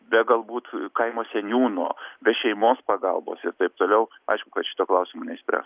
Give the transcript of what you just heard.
be galbūt kaimo seniūno be šeimos pagalbos ir taip toliau aišku kad šito klausimo neišspręs